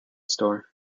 store